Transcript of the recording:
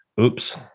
Oops